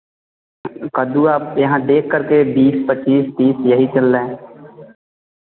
कद्दू आप यहाँ देख करके बीस पच्चीस तीस यही चल रहा है